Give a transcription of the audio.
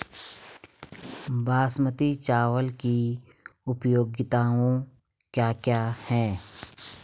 बासमती चावल की उपयोगिताओं क्या क्या हैं?